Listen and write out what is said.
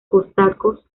cosacos